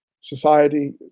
society